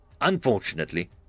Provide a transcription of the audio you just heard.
Unfortunately